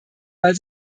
weil